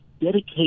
dedicate